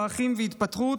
ערכים והתפתחות,